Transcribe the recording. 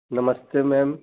नमस्ते मैम